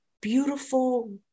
beautiful